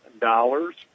dollars